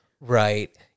Right